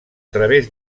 través